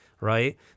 right